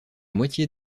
moitié